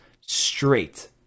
straight